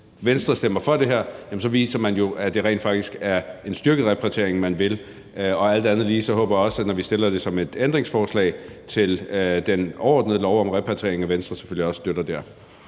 Venstre stemmer for det her, viser man jo, at det rent faktisk er en styrket repatriering, man vil. Og alt andet lige håber jeg, at Venstre også støtter det, når vi stiller det som et ændringsforslag til den overordnede lov om repatriering. Kl.